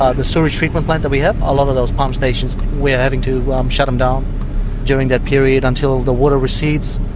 ah the sewage treatment plant that we have, a lot of those pump stations we're having to um shut them down during that period until the water recedes,